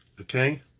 okay